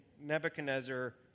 Nebuchadnezzar